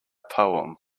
poem